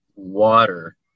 water